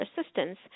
assistance